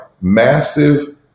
massive –